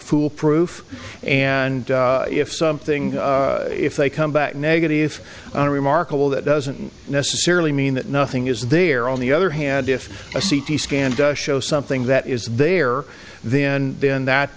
foolproof and if something if they come back negative on a remarkable that doesn't necessarily mean that nothing is there on the other hand if a c t scan does show something that is there then then that